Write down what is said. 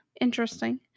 interesting